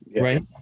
right